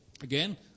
Again